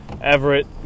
Everett